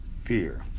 fear